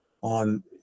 on